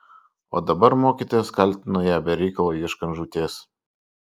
o dabar mokytojas kaltino ją be reikalo ieškant žūties